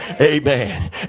Amen